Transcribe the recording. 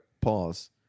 Pause